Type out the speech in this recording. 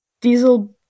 diesel